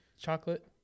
Chocolate